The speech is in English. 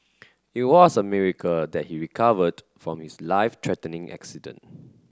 it was a miracle that he recovered from his life threatening accident